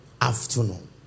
afternoon